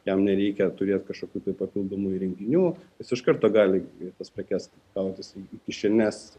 jam nereikia turėti kažkokių papildomų įrenginių jis iš karto gali tas prekes krautis į kišenes